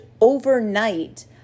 overnight